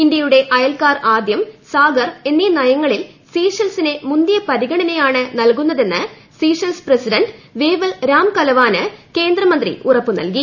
ഇന്ത്യയുടെ അയൽക്കാർ ആദ്യം സാഗർ എന്നീ നയങ്ങളിൽ സീഷെയ്ൽസിന് മുന്തിയ പരിഗണനയാണ് നൽകുന്നതെന്ന് സീഷെൽസ് പ്രസിഡന്റ് വേവൽ രാംകലവാന് കേന്ദ്രമന്ത്രി ഉറപ്പ് നൽകി